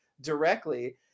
directly